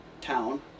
town